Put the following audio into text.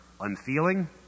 unfeeling